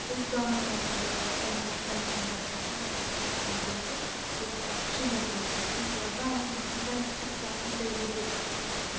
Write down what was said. مطلب یُس گامَس منٛز سیٚنٹَر اَکھ ہیٚلٕتھ سیٚنٹَر چھُ آسان پَتہٕ چھُ آسان ایز کَمپیٲرٕڈ ٹُو یُس اَکھ شہرَس منٛز چھُ آسان یُس گامَس منٛز چھِ آسان گۄڈنؠتھٕے چھِ آسان بِلڈِنٛگ تیٖژاہ اَصٕل کینٛہہ